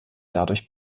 dadurch